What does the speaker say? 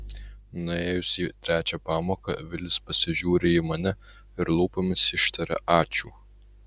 nuėjus į trečią pamoką vilis pasižiūri į mane ir lūpomis ištaria ačiū